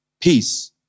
peace